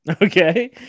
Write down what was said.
Okay